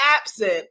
absent